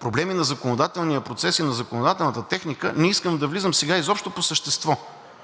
проблеми на законодателния процес и на законодателната техника. Не искам да влизам сега изобщо по същество.